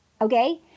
Okay